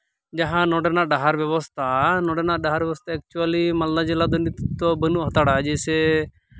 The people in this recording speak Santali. ᱡᱟᱦᱟᱸ ᱱᱚᱸᱰᱮᱱᱟᱜ ᱰᱟᱦᱟᱨ ᱵᱮᱵᱚᱥᱛᱟ ᱱᱚᱸᱰᱮᱱᱟᱜ ᱰᱟᱦᱟᱨ ᱵᱮᱵᱚᱥᱛᱟ ᱮᱠᱪᱩᱭᱮᱞᱤ ᱢᱟᱞᱫᱟ ᱡᱮᱞᱟ ᱫᱚ ᱱᱤᱛᱳᱜ ᱫᱚ ᱵᱟᱱᱩᱜ ᱦᱟᱛᱟᱲᱟ ᱡᱮᱭᱥᱮ